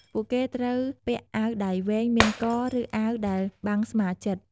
ពួកគេត្រូវពាក់អាវដៃវែងមានក ឬ អាវដែលបាំងស្មាជិត។